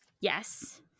Yes